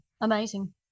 amazing